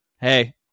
hey